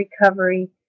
recovery